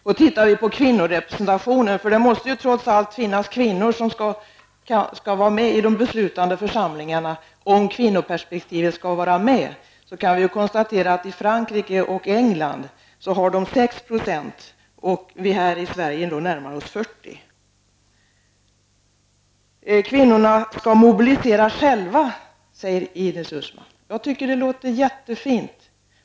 Om vi ser på kvinnorepresentationen, eftersom det trots allt måste finnas kvinnor som skall vara med i de beslutande församlingarna om kvinnoperspektivet skall finnas med, kan vi konstatera att kvinnorna i Frankrike och England utgör 6 %, medan vi i Sverige närmar oss 40 %. Kvinnorna skall mobilisera själva, säger Ines Uusmann. Jag tycker att det låter jättefint.